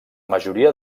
majoria